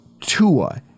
Tua